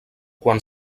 quan